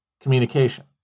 communication